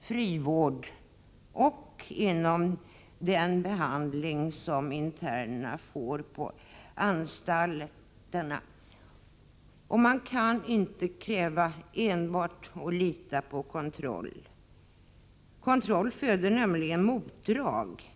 frivården och inom den behandling som internerna får på anstalterna. Man kan inte enbart kräva och lita till kontroll. Kontroll föder nämligen motdrag.